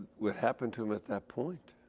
what happened to him at that point?